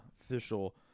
official